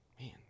Man